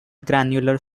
granular